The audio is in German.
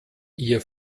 ihr